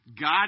God